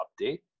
update